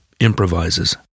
improvises